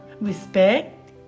respect